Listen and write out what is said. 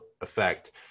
effect